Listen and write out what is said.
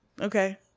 okay